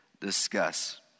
discuss